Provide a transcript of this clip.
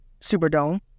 Superdome